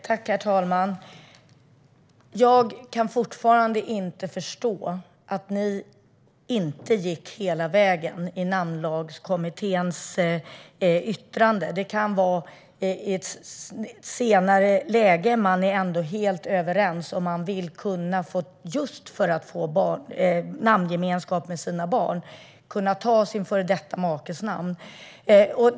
Herr talman! Jag kan fortfarande inte förstå att ni inte gick hela vägen med Namnlagskommitténs yttrande. Det kan vara i ett senare läge, där man ändå är helt överens, som man vill kunna ta sin före detta makes eller makas namn just för att få namngemenskap med sina barn.